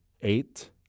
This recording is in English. eight